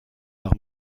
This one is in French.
par